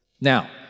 Now